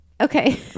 Okay